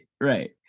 right